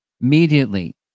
Immediately